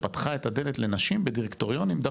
זה פתח את הדלת לנשים בדירקטוריונים בחברות